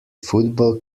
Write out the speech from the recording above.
football